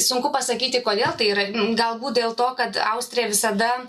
sunku pasakyti kodėl tai yra galbūt dėl to kad austrija visada